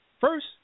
First